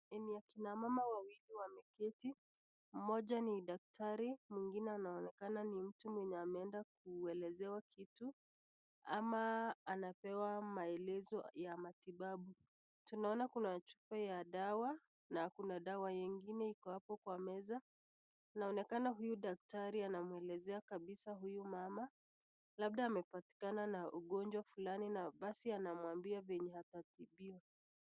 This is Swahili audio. Ni akina wamama wawili wameketi moja ni daktari mwingine anonekana ni mtu ameenda kuelezewa kitu ama anapewa maelezo ya matibabu tunaona kuna chupa ya dawa na kuna dawa mengine iko hapo kwa meza anaonekana huyu daktari anaelezea kabisa huyu mama labda amepatikana na ugonjwa fulani na basi anaambiwa penye atatibiwa.